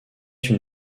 une